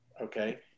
okay